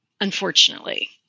unfortunately